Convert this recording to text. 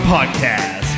Podcast